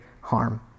harm